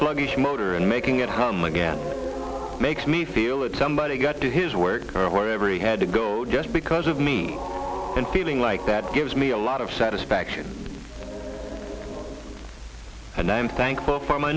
sluggish motor and making it hum again makes me feel that somebody's got to his work or every had to go just because of me and feeling like that gives me a lot of satisfaction and i'm thankful for my